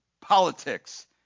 politics